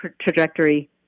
trajectory